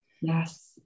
yes